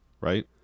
right